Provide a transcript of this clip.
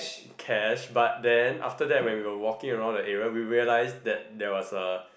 cash but then after that when we were walking around the area we realise that there was a